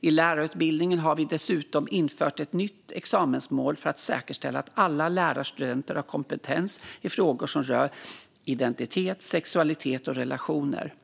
I lärarutbildningarna har vi dessutom infört ett nytt examensmål för att säkerställa att alla lärarstudenter har kompetens i frågor som rör identitet, sexualitet och relationer.